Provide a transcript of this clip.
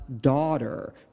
daughter